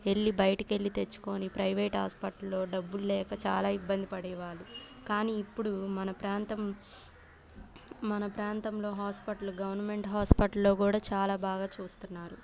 వెళ్ళి బయటికెళ్ళి తెచ్చుకుని ప్రైవేట్ హాస్పిటల్లో డబ్బులు లేక చాలా ఇబ్బంది పడేవాళ్ళు కానీ ఇప్పుడు మన ప్రాంతం మన ప్రాంతంలో హాస్పటల్ గవర్నమెంట్ హాస్పటల్లో కూడా చాలా బాగా చూస్తున్నారు